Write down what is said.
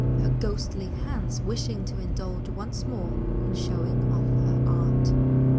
her ghostly hands wishing to indulge once more in showing off her art?